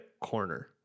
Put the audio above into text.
corner